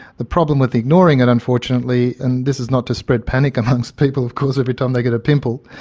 the problem with ignoring it unfortunately, and this is not to spread panic amongst people of course every time they get a pimple,